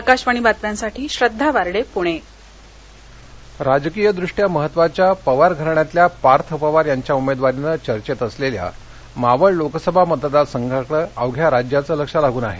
आकाशवाणी बातम्यांसाठी श्रद्वा वार्डे पुणे मावळ मतदारसंघ राजकीयदृष्टया महत्वाच्या पवार घराण्यातल्या पार्थ पवार यांच्या उमेदवारीनं चर्चेत असलेल्या मावळ लोकसभा मतदार संघाकडे अवघ्या राज्याचं लक्ष लागून आहे